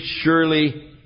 surely